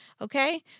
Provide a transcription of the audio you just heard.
Okay